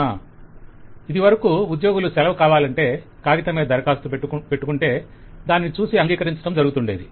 client ఇదివరకు ఉద్యోగులు సెలవు కావాలంటే కాగితం మీద దరఖాస్తు పెట్టుకొంటే దానిని చూసి అంగీకరించటం జరుగుతుండేది